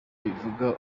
ibivuga